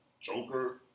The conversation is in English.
Joker